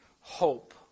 hope